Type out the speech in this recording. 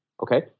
okay